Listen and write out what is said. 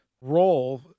role